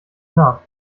nach